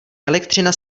elektřina